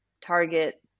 Target